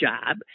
job